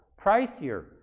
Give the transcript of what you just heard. pricier